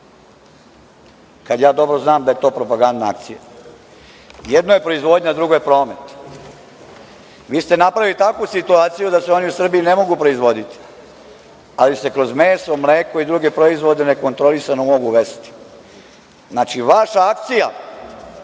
kada ja dobro znam da je to propagandna akcija. Jedno je proizvodnja, a drugo je promet. Vi ste napravili takvu situaciju da se oni u Srbiji ne mogu proizvoditi, ali se kroz meso, mleko i druge proizvode nekontrolisano mogu uvesti. Znači, vaša akcija,